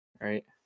right